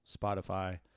Spotify